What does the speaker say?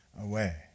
away